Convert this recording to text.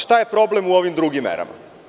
Šta je problem u ovim drugim merama?